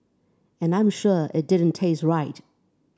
and I'm sure it didn't taste right